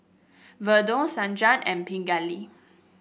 Redre Sanjeev and Pingali